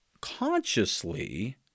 consciously